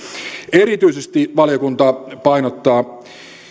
erityisesti valiokunta painottaa